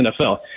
NFL